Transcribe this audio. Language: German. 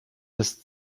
das